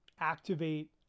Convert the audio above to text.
activate